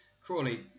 Crawley